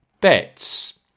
bets